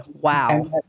wow